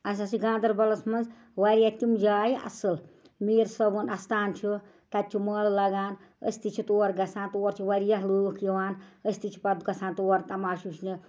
اَسہِ حظ چھِ گانٛدربلَس منٛز وارِیاہ تِم جایہِ اصٕل میٖر صٲبُن اَستان چھُ تَتہِ چھُ مٲلہٕ لَگان أسۍ تہِ چھِ تور گَژھان تور چھِ وارِیاہ لُکھ یِوان أسۍ تہِ چھِ پتہٕ گَژھان تور تماشہِ وٕچھنہِ